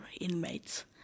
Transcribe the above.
inmates